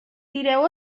tireu